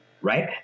right